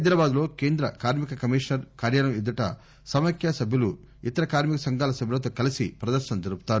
హైదరాబాద్లో కేంద్ర కార్మిక కమీషనర్ కార్యాలయం ఎదుట సమాఖ్య సభ్యులు ఇతర కార్మిక సంఘాల సభ్యులతో కలిసి ప్రదర్నలు జరుపుతారు